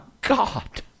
God